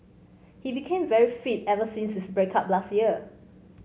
he became very fit ever since his break up last year